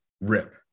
rip